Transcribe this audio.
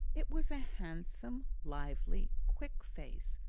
it was a handsome, lively, quick face,